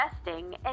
investing